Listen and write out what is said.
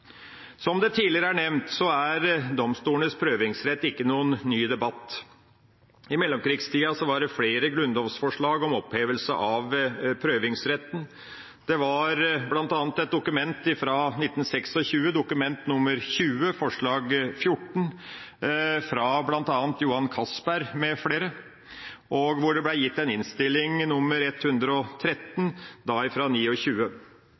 tidligere nevnt er domstolenes prøvingsrett ikke noen ny debatt. I mellomkrigstida var det flere grunnlovsforslag om opphevelse av prøvingsretten. Det var bl.a. Dokument nr. 20 for 1926, forslag 14 fra Johan Castberg med flere, og hvor det ble avgitt Innst. S nr. 113